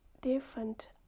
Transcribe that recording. different